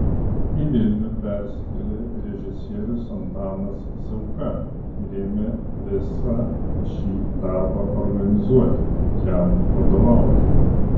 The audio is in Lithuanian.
į vilnių persikėlė režisierius antanas zauka ir ėmė visą šį darbą organizuoti jam vadovauti